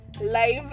Live